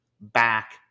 back